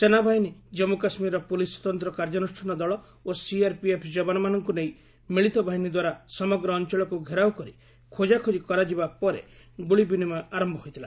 ସେନାବାହିନୀ ଜନ୍ମୁ କାଶ୍ମୀର ପୁଲିସ୍ ସ୍ୱତନ୍ତ କାର୍ଯ୍ୟାନୁଷ୍ଠାନ ଦଳ ଓ ସିଆର୍ପିଏଫ୍ ଯବାନମାନଙ୍କୁ ନେଇ ମିଳିତ ବାହିନୀ ଦ୍ୱାରା ସମଗ୍ର ଅଞ୍ଚଳକୁ ଘେରାଉ କରି ଖୋଜାଖୋଜି କରାଯିବା ପରେ ଗୁଳି ବିନିମୟ ଆରମ୍ଭ ହୋଇଥିଲା